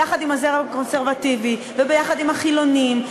ביחד עם הזרם הקונסרבטיבי וביחד עם החילונים,